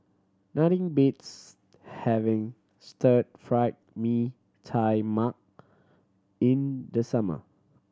nothing beats having Stir Fried Mee Tai Mak in the summer